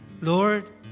Lord